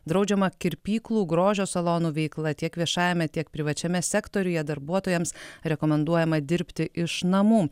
draudžiama kirpyklų grožio salonų veikla tiek viešajame tiek privačiame sektoriuje darbuotojams rekomenduojama dirbti iš namų